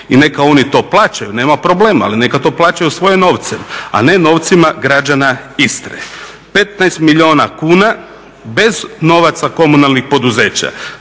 i neka oni to plaćaju, nema problema, ali neka to plaćaju svojim novcem, a ne novcima građana Istre. 15 milijuna kuna bez novaca komunalnih poduzeća,